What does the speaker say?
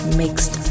mixed